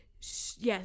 yes